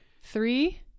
Three